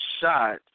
shot